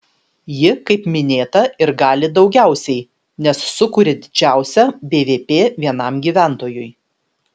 ji kaip minėta ir gali daugiausiai nes sukuria didžiausią bvp vienam gyventojui